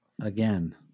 again